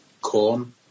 Corn